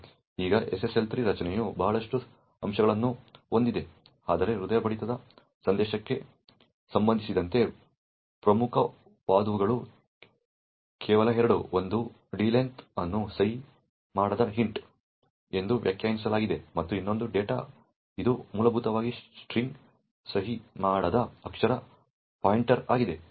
ಈಗ SSL 3 ರಚನೆಯು ಬಹಳಷ್ಟು ಅಂಶಗಳನ್ನು ಹೊಂದಿದೆ ಆದರೆ ಹೃದಯ ಬಡಿತದ ಸಂದೇಶಕ್ಕೆ ಸಂಬಂಧಿಸಿದಂತೆ ಪ್ರಮುಖವಾದವುಗಳು ಕೇವಲ ಎರಡು ಒಂದು d length ಅನ್ನು ಸಹಿ ಮಾಡದ ಇಂಟ್ ಎಂದು ವ್ಯಾಖ್ಯಾನಿಸಲಾಗಿದೆ ಮತ್ತು ಇನ್ನೊಂದು ಡೇಟಾ ಇದು ಮೂಲಭೂತವಾಗಿ ಸ್ಟ್ರಿಂಗ್ ಸಹಿ ಮಾಡದ ಅಕ್ಷರ ಪಾಯಿಂಟರ್ ಆಗಿದೆ